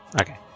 Okay